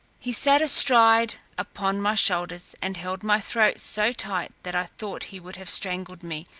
he sat astride upon my shoulders, and held my throat so tight, that i thought he would have strangled me,